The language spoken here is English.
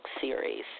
series